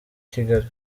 kigali